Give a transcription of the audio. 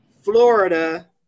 Florida